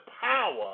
power